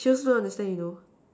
she also don't understand you know